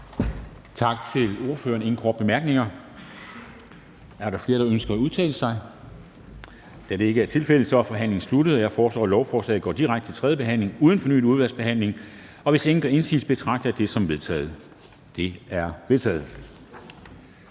Tak til ordføreren. Der er ingen korte bemærkninger. Er der flere, der ønsker at udtale sig? Og da det ikke er tilfældet, er forhandlingen sluttet. Jeg foreslår, at lovforslaget går direkte til tredje behandling uden fornyet udvalgsbehandling. Og hvis ingen gør indsigelse, betragter jeg det som vedtaget. Det er vedtaget.